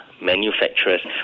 manufacturers